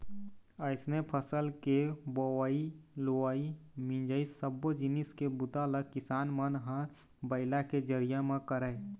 अइसने फसल के बोवई, लुवई, मिंजई सब्बो जिनिस के बूता ल किसान मन ह बइला के जरिए म करय